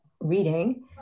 reading